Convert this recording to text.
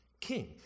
King